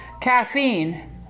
Caffeine